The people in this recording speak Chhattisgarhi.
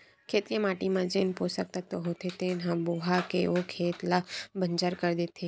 खेत के माटी म जेन पोसक तत्व होथे तेन ह बोहा के ओ खेत ल बंजर कर देथे